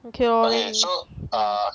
okay lor mm